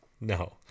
no